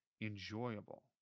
enjoyable